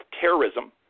terrorism